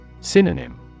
Synonym